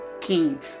king